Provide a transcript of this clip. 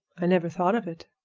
i never thought of it.